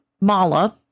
Mala